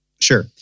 Sure